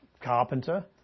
carpenter